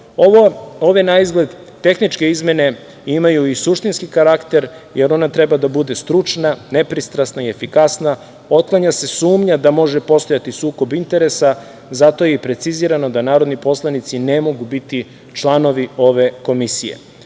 na izgled tehničke izmene imaju i suštinski karakter, jer ona treba da bude stručna, nepristrasna i efikasna, otkanja se sumnja da može postojati sukob interesa, zato je i precizirano da narodni poslanici ne mogu biti članovi ove Komisije. Druga